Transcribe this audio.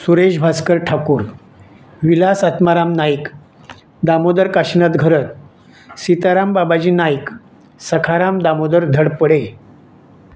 Suresh Bhaskar Thakur Vilas Atmaram Naik Damodar Kashinath Gharat Sitaram Babaji Naik Sakharam Damodar Dhadpade